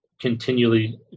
continually